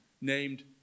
named